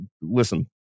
Listen